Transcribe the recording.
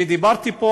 דיברתי פה,